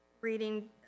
reading